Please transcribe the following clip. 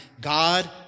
God